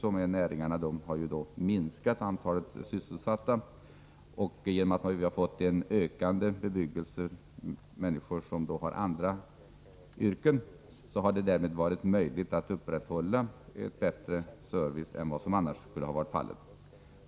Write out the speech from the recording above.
Antalet sysselsatta har ju minskat inom jordoch skogsbruk, men genom att det har skett en inflyttning av människor med andra yrken har det varit möjligt att upprätthålla bättre service än vad som annars skulle ha varit fallet.